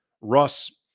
Russ